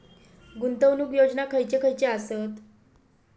गुंतवणूक योजना खयचे खयचे आसत?